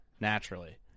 naturally